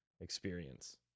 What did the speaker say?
experience